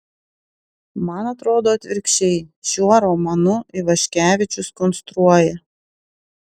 man atrodo atvirkščiai šiuo romanu ivaškevičius konstruoja